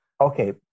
Okay